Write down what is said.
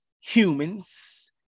humans